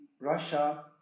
Russia